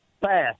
fast